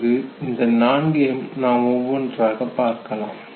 இப்போது இந்த நான்கையும் நாம் ஒவ்வொன்றாகப் பார்க்கலாம்